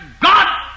God